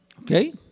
Okay